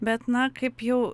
bet na kaip jau